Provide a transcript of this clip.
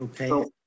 Okay